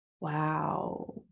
Wow